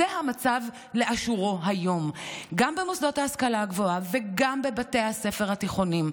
זה המצב לאשורו היום גם במוסדות ההשכלה הגבוהה וגם בבתי הספר התיכוניים.